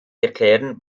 erklären